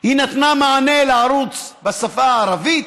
היא נתנה מענה לערוץ בשפה הערבית,